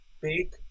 Big